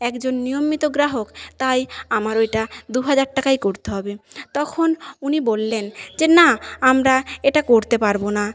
একজন নিয়মিত গ্রাহক তাই আমার ওটা দু হাজার টাকাই করতে হবে তখন উনি বললেন যে না আমরা এটা করতে পারব না